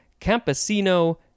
campesino